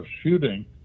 shooting